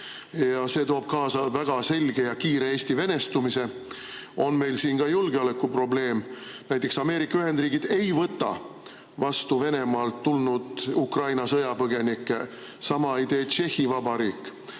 toob kaasa väga selge ja kiire Eesti venestumise, on meil siin ka julgeolekuprobleem. Näiteks Ameerika Ühendriigid ei võta vastu Venemaalt tulnud Ukraina sõjapõgenikke, sama ei tee Tšehhi Vabariik.